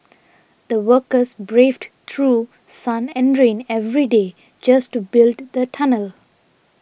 the workers braved through sun and rain every day just to build the tunnel